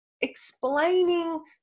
explaining